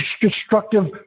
destructive